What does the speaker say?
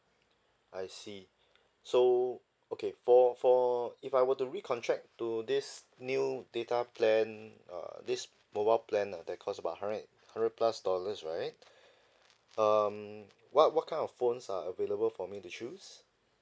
I see so okay for for if I were to recontract to this new data plan err this mobile plan ah that cost about hundred and hundred plus dollars right um what what kind of phones are available for me to choose